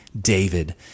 David